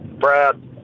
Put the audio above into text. Brad